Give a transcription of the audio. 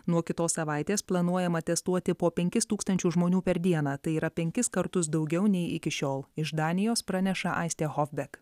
nuo kitos savaitės planuojama testuoti po penkis tūkstančius žmonių per dieną tai yra penkis kartus daugiau nei iki šiol iš danijos praneša aistė hofbek